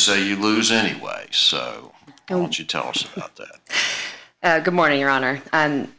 say you lose it anyway so don't you tell us good morning your honor and